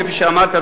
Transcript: כפי שאמרתי,